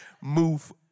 Move